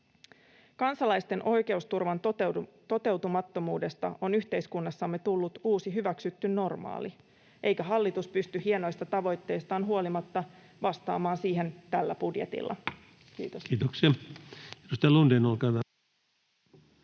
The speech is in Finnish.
Kansalaisten oikeusturvan toteutumattomuudesta on yhteiskunnassamme tullut uusi hyväksytty normaali, eikä hallitus pysty hienoista tavoitteistaan huolimatta vastaamaan siihen tällä budjetilla. — Kiitos.